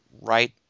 right